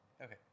Okay